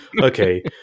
okay